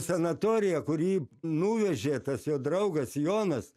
sanatorija kur jį nuvežė tas jo draugas jonas